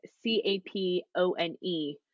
C-A-P-O-N-E